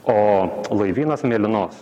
o laivynas mėlynos